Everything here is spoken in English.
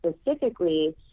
specifically